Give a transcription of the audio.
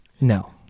No